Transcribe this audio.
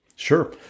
Sure